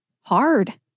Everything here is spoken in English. hard